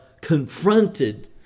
confronted